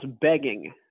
begging